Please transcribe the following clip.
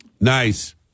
Nice